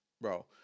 Bro